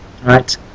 Right